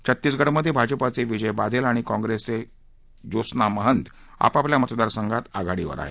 छत्तीसगडमधे भाजपाचे विजय बाघेल आणि काँग्रेसचे ज्योत्सना महंत आपापल्या मतदारसंघात आघाडीवर आहेत